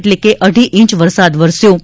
એટલે કે અઢી ઇંચ વરસાદ વરસ્યો હતો